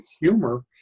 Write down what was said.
humor